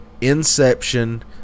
inception